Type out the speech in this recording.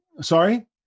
Sorry